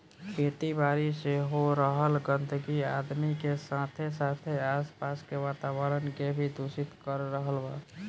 खेती बारी से हो रहल गंदगी आदमी के साथे साथे आस पास के वातावरण के भी दूषित कर रहल बा